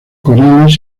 corales